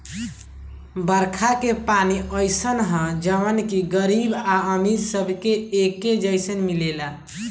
बरखा के पानी अइसन ह जवन की गरीब आ अमीर सबके एके जईसन मिलेला